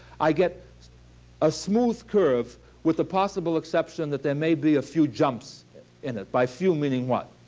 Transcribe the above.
i get a smooth curve with the possible exception that there may be a few jumps in it, by few meaning what?